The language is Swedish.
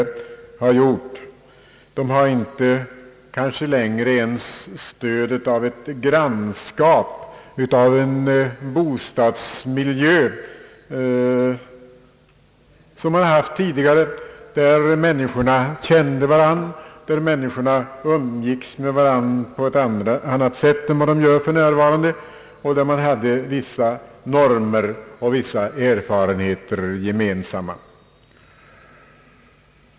De har kanske inte längre ens det stöd som de haft tidigare av ett grannskap, av en bostadmiljö där människorna kände varandra, där människorna umgicks med varandra på ett Ang. familjerådgivning annat sätt än de gör för närvarande och där man hade vissa normer och erfarenheter gemensamma.